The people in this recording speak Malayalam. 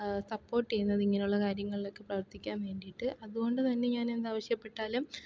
സപ്പോർട്ട് ചെയ്യുന്നത് ഇങ്ങനെ ഉള്ള കാര്യങ്ങളിലൊക്കെ പ്രവർത്തിക്കാൻ വേണ്ടിയിട്ട് അതുകൊണ്ട് തന്നെ ഞാനെന്താവശ്യപ്പെട്ടാലും